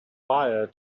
fire